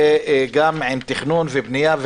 וגם עם תכנון ובנייה.